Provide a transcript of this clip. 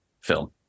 film